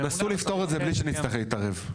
תנסו לפתור את זה מבלי שנצטרך להתערב.